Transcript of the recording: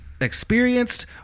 experienced